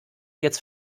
jetzt